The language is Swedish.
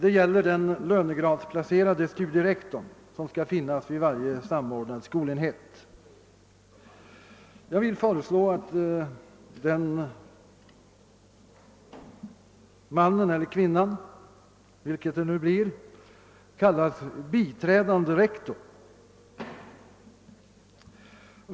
Det gäller den lönegradsplacerade << studierektorn, som skall finns vid varje samordnad skolenhet. Jag vill föreslå att den mannen eller kvinnan kallas biträdande rektor.